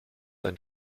dein